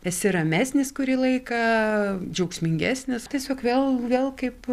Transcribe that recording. esi ramesnis kurį laiką džiaugsmingesnis tiesiog vėl vėl kaip